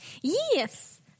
Yes